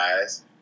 guys